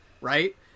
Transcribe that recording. right